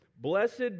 blessed